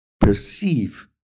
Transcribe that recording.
perceive